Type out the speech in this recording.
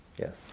Yes